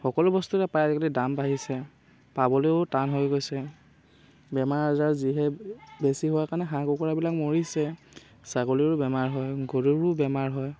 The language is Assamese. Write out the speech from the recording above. সকলো বস্তু এটা প্ৰায় আজিকালি দাম বাঢ়িছে পাবলেও টান হৈ গৈছে বেমাৰ আজাৰ যিহে বেছি হয় কাৰণে হাঁহ কুকুৰাবিলাক মৰিছে ছাগলীৰো বেমাৰ হয় গৰুৰো বেমাৰ হয়